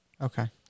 Okay